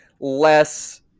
less